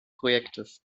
projekts